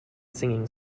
singing